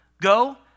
go